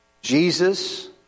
Jesus